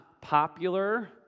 popular